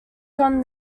from